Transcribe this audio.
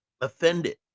offended